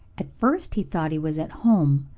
at first he thought he was at home,